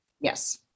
Yes